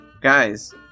guys